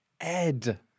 Ed